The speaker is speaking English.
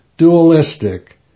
dualistic